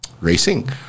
racing